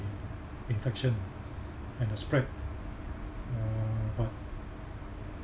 infection and the spread uh but